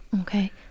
okay